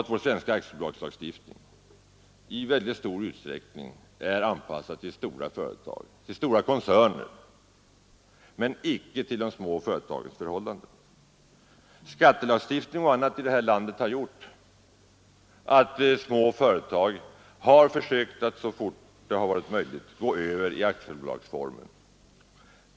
Vår svenska aktiebolagslagstiftning är i mycket stor utsträckning anpassad till stora företag och koncerner men icke till de små företagens förhållanden. Skattelagstiftning och annat i vårt land har gjort att små företag har försökt att så snart som möjligt gå över till aktiebolagsformen.